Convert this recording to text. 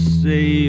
say